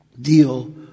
deal